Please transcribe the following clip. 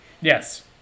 Yes